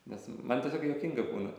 nes man tiesiog juokinga būna